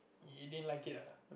you didn't like it ah